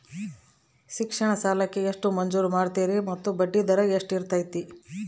ಶಿಕ್ಷಣ ಸಾಲಕ್ಕೆ ಎಷ್ಟು ಮಂಜೂರು ಮಾಡ್ತೇರಿ ಮತ್ತು ಬಡ್ಡಿದರ ಎಷ್ಟಿರ್ತೈತೆ?